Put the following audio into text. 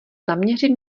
zaměřit